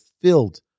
filled